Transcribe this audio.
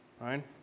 right